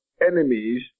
enemies